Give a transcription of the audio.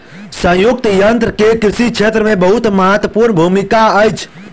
संयुक्तक यन्त्र के कृषि क्षेत्र मे बहुत महत्वपूर्ण भूमिका अछि